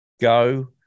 go